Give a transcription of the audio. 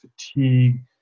fatigue